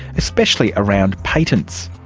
especially around patents.